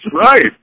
right